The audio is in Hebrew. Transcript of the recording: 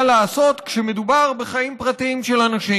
לעשות כשמדובר בחיים פרטיים של אנשים,